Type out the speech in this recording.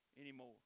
anymore